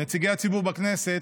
נציגי הציבור בכנסת,